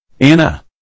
Anna